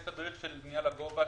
יש תדריך של בנייה לגובה,